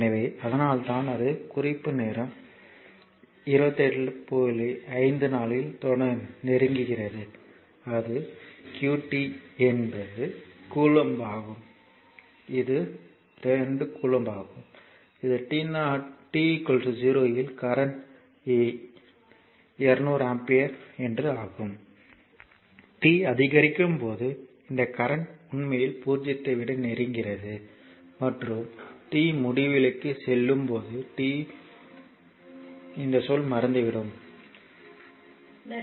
எனவே அதனால்தான் அது நெருங்குகிறது அது qt என்பது கூலொம்ப் ஆகும் இது 2 கூலொம்ப் ஆகும் இது t 0 இல் கரண்ட் 200 ஆம்பியர் என்று ஆகும் t அதிகரிக்கும் போது இந்த கரண்ட் உண்மையில் 0 ஐ நெருங்குகிறது மற்றும் t முடிவிலிக்கு செல்லும்போது t முடிவிலிக்கு செல்லும் போது இந்த சொல் மறைந்துவிடும் 0 ஆக இருக்கும்